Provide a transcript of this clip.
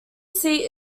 seat